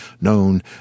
known